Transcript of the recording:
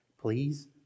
Please